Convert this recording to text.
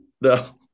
No